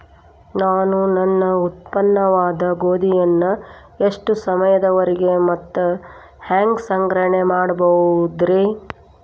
ನಾನು ನನ್ನ ಉತ್ಪನ್ನವಾದ ಗೋಧಿಯನ್ನ ಎಷ್ಟು ಸಮಯದವರೆಗೆ ಮತ್ತ ಹ್ಯಾಂಗ ಸಂಗ್ರಹಣೆ ಮಾಡಬಹುದುರೇ?